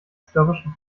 störrischen